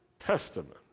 Testament